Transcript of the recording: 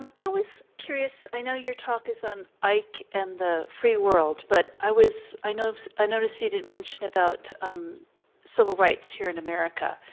i was curious, i know your talk is on ike and the free world, but i was i notice i notice you didn't mention about um civil rights here in america